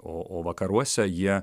o o vakaruose jie